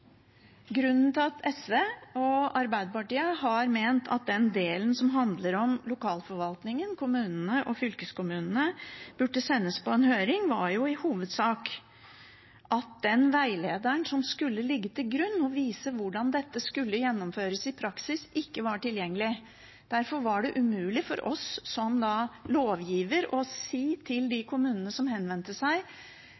Arbeiderpartiet har ment at den delen som handler om lokalforvaltningen, kommunene og fylkeskommunene, burde sendes på høring, var i hovedsak at den veilederen som skulle ligge til grunn og vise hvordan dette skulle gjennomføres i praksis, ikke var tilgjengelig. Derfor var det umulig for oss som lovgiver å gi svar på de